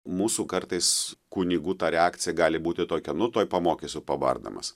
mūsų kartais kunigų ta reakcija gali būti tokia nu tuoj pamokysiu pabardamas